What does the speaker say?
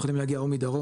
יכולים להגיע או מדרום,